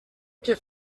que